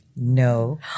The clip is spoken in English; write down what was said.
No